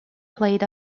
played